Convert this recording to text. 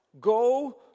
Go